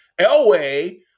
Elway